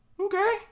Okay